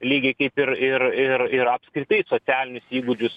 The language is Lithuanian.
lygiai kaip ir ir ir ir apskritai socialinius įgūdžius